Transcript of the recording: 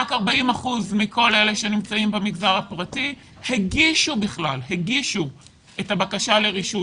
רק 40 אחוזים מכל אלה שנמצאים במגזר הפרטי הגישו את הבקשה לרישוי.